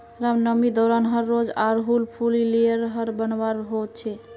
रामनवामी दौरान हर रोज़ आर हुल फूल लेयर हर बनवार होच छे